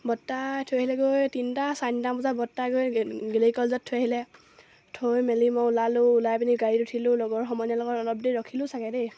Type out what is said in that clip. বৰদেউতাই থৈ আহিলে গৈ তিনিটা চাৰে তিনিটা বজাত বৰদেউতাই গৈ গেলেকী কলেজত থৈ আহিলে থৈ মেলি মই ওলালোঁ ওলাই পিনি গাড়ী উঠিলোঁ লগৰ সমনীয়াৰ লগত অলপ দেৰি ৰখিলোঁ চাগে দেই